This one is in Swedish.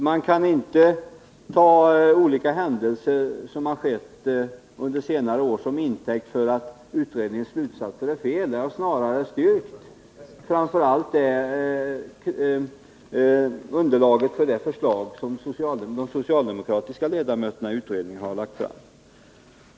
Man kan inte ta olika händelser under senare år som intäkt för påståendet att utredningens slutsatser är felaktiga. De har snarare styrkt framför allt underlaget för det förslag som de socialdemokratiska ledamöterna i utredningen lade fram.